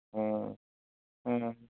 ᱦᱩᱸ ᱦᱩᱸ